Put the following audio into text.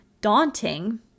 daunting